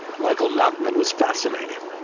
like nachmann was fascinated.